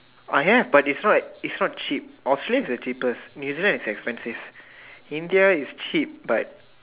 I have but it's not it's not cheap Australia is the cheapest new Zealand is expensive India is cheap but